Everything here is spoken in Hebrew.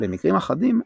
במקרים אחדים,